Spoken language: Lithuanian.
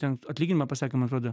ten atlyginimą pasakė man atrodo